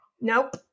Nope